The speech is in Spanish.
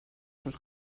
sus